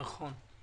נכון.